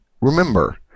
remember